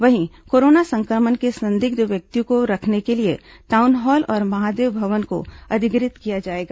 वहीं कोरोना संक्रमण के संदिग्ध व्यक्तियों को रखने के लिए टाउनहॉल और महादेव भवन को अधिग्रहित किया जाएगा